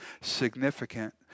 significant